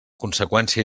conseqüència